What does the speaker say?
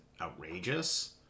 outrageous